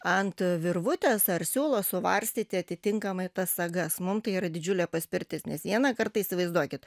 ant virvutės ar siūlo suvarstyti atitinkamai tas sagas mum tai yra didžiulė paspirtis nes vieną kartą įsivaizduokit